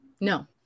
No